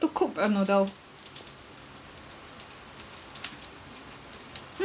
to cook the noodle mm